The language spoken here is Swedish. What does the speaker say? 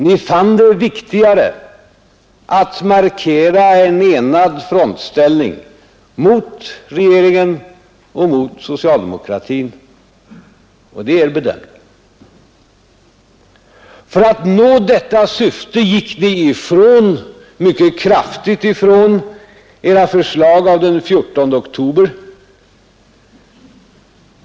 Ni fann det viktigare att markera en enad frontställning mot regeringen och mot socialdemokratin, och det är er bedömning. För att nå detta syfte gick ni mycket kraftigt ifrån era förslag av den 14 oktober.